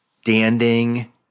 standing